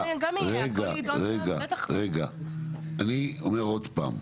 אני אומר עוד פעם.